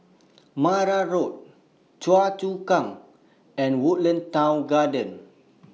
Marang Road Choa Chu Kang and Woodlands Town Garden